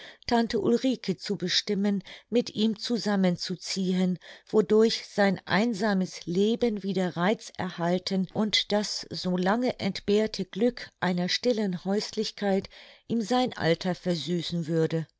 tante ulrike zu bestimmen mit ihm zusammen zu ziehen wodurch sein einsames leben wieder reiz erhalten und das so lange entbehrte glück einer stillen häuslichkeit ihm sein alter versüßen würde